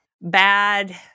bad